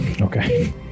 okay